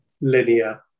linear